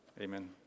Amen